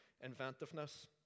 inventiveness